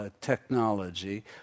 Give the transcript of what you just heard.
technology